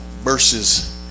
verses